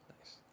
Nice